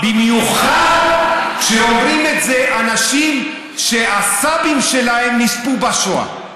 במיוחד כשאומרים את זה אנשים שהסבים שלהם נספו בשואה.